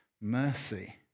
mercy